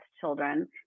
children